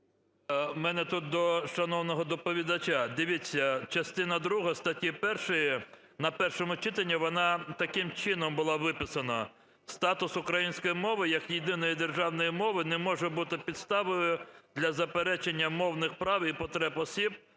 В мене тут до шановного доповідача, дивіться, частина друга статті 1, на першому читанні вона таким чином була виписана: "Статус української мови як єдиної державної мови не може бути підставою для заперечення мовних прав і потреб осіб,